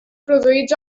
produïts